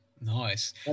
nice